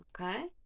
okay